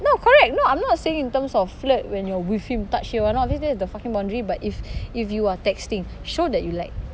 no correct no I'm not saying in terms of flirt when you're with him touch here all these that's the fucking boundary but if if you are texting show that you like